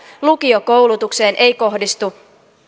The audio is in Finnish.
lukiokoulutukseen ei kohdistu